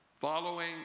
following